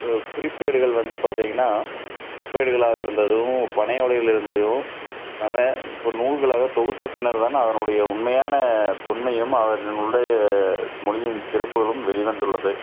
வ குறிப்பேடுகள் வந்து பார்த்தீங்கன்னா செப்பேடுகளாக இருந்ததும் பனை ஓலையில் இருந்ததையும் நம்ம இப்போ நூல்களாக தொகுத்த பின்னர் தான் அதனுடைய உண்மையான தொன்மையும் அதனுடைய மொழியின் சிறப்புகளும் வெளி வந்துள்ளது